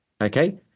okay